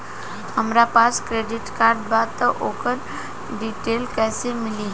हमरा पास credit card बा त ओकर डिटेल्स कइसे मिली?